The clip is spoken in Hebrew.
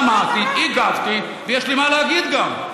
שמעתי, הגבתי ויש לי מה להגיד גם.